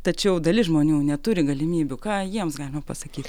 tačiau dalis žmonių neturi galimybių ką jiems galima pasakyt